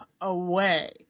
away